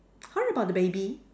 how about the baby